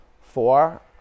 Four